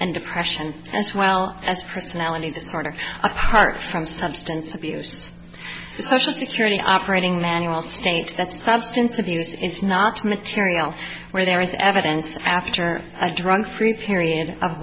and depression as well as personality disorder apart from substance abuse social security operating manual states that substance abuse is not material where there is evidence after a drug free period of